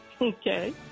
Okay